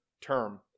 term